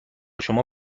شما